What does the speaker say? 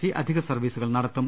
C അധിക സർവീസുകൾ നടത്തും